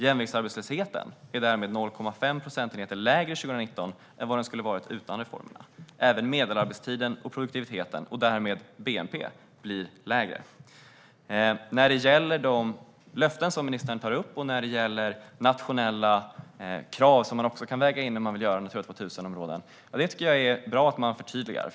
Jämviktsarbetslösheten är därmed 0,5 procentenheter lägre 2019 än vad den skulle ha varit utan reformerna. Även medelarbetstiden och produktiviteten och därmed bnp blir lägre. När det gäller de löften som ministern tar upp och de nationella krav som man också kan väga in när man vill göra Natura 2000-områden tycker jag att det är bra att man förtydligar.